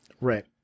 Right